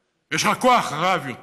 יש לך כוח רב יותר